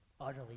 utterly